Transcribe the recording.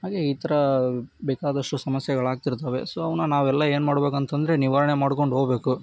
ಹಾಗೆ ಈ ಥರ ಬೇಕಾದಷ್ಟು ಸಮಸ್ಯೆಗಳು ಆಗ್ತಿರ್ತಾವೆ ಸೊ ಅವನ್ನ ನಾವೆಲ್ಲ ಏನು ಮಾಡ್ಬೇಕಂತ ಅಂದ್ರೆ ನಿವಾರಣೆ ಮಾಡ್ಕೊಂಡು ಹೋಗ್ಬೇಕು